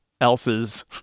else's